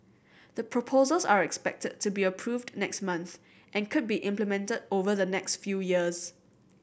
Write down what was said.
the proposals are expected to be approved next month and could be implemented over the next few years